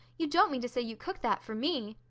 you don't mean to say you cooked that for me!